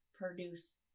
produce